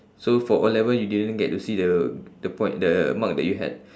so for O level you didn't get to see uh the point the mark that you had